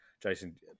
Jason